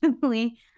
family